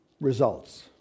results